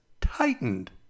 tightened